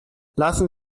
lassen